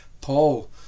Paul